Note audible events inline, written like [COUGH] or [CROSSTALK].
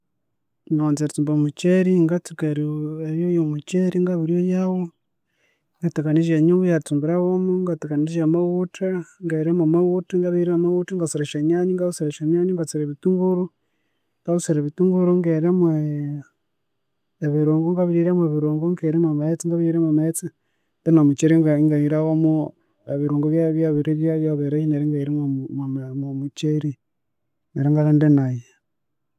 ﻿Ngamanza eritsumba omukyeri ngatsuka eryu eryoya omukyeri ngabiryoyawu, ingathakanizya enyungu, ingathakanizya amawutha, ngabihira mwamawutha, ngabihira mwamawutha ingasara esyanyanya ngabisara esyanyanya ingasara ebithunguru, ngabisara ebithunguru, ingahira mwe ebirungu ngabihira mwebirungu ingahira mwamaghetse ngabihira mwamaghetse then omukyeri inga ingahira womo ebirungu bya- byabiribya byabirihya neryu ingahira mwama [HESITATION] mwomukyeri neryu ingaalinda inahya